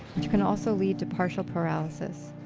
which can also lead to partial paralysis,